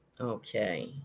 Okay